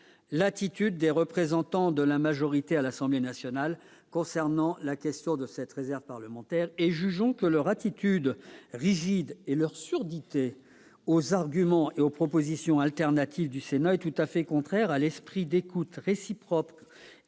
l'attitude des représentants de la majorité à l'Assemblée nationale concernant la question de la réserve parlementaire, et jugeons que leur attitude rigide et leur surdité aux arguments et aux propositions alternatives du Sénat sont tout à fait contraires à l'esprit d'écoute réciproque